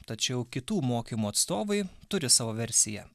tačiau kitų mokymų atstovai turi savo versiją